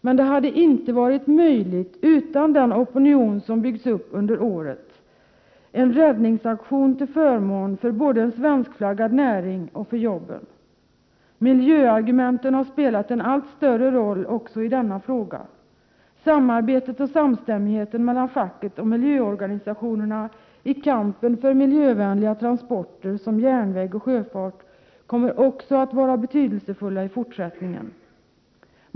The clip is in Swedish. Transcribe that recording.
Men det hade inte varit möjligt utan den opinion som byggts upp under året som en räddningsaktion till förmån både för en svenskflaggad näring och för jobben. Miljöargumenten har spelat en allt större roll också i denna fråga. Samarbetet och samstämmigheten mellan facket och miljöorganisationerna i kampen för miljövänliga transporter som järnväg och sjöfart kommer att vara betydelsefulla också i fortsättningen.